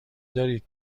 دارید